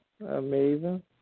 Amazing